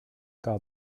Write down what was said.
par